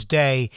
day